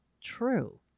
true